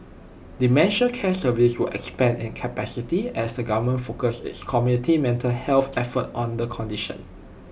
dementia care services will expand in capacity as the government focuses its community mental health efforts on the condition